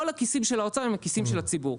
כל הכיסים של האוצר הם הכיסים של הציבור.